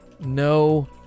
no